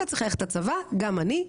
אתה צריך ללכת לצבא, גם אני.